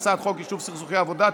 הצעת חוק יישוב סכסוכי עבודה (תיקון,